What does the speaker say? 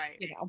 Right